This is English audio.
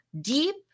deep